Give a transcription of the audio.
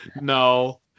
No